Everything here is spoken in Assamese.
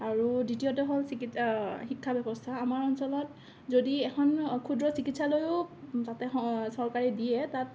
আৰু দ্বিতীয়তে হ'ল চিকিৎসা শিক্ষা ব্যৱস্থা আমাৰ অঞ্চলত যদি এখন ক্ষুদ্ৰ চিকিৎসালয়ো তাতে চৰকাৰে দিয়ে তাত